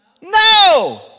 No